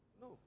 No